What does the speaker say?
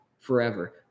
forever